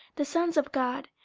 the sons of god,